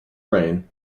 rain